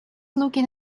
looking